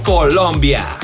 Colombia